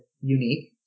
unique